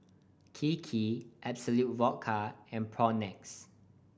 Kiki Absolut Vodka and Propnex